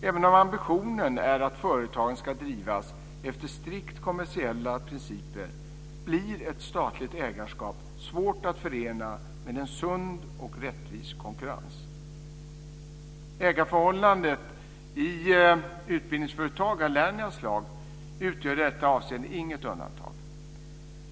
Även om ambitionen är att företagen ska drivas efter strikt kommersiella principer blir ett statligt ägarskap svårt att förena med en sund och rättvis konkurrens. Ägarförhållandet i ett utbildningsföretag av Lernias slag utgör i det avseendet inget undantag.